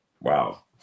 wow